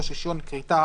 (33)רישיון כריתה,